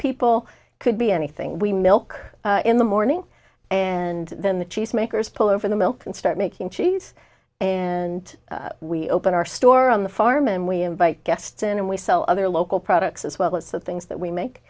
people could be anything we milk in the morning and then the cheese makers pull over the milk and start making cheese and we open our store on the farm and we invite guests in and we sell other local products as well as the things that we make